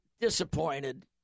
disappointed